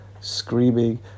screaming